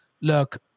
look